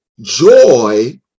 joy